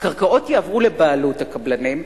הקרקעות יעברו לבעלות הקבלנים,